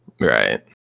Right